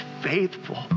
faithful